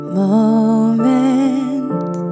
moment